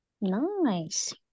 Nice